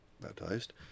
baptized